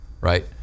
right